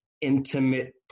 intimate